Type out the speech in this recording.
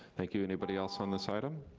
thank you. anybody else on this item?